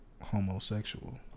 homosexual